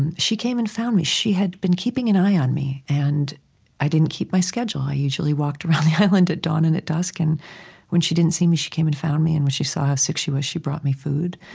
she came and found me. she had been keeping an eye on me, and i didn't keep my schedule. i usually walked around the island at dawn and at dusk, and when she didn't see me, she came and found me. and when she saw how sick i was, she brought me food.